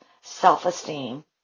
self-esteem